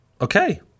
okay